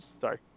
Sorry